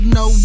no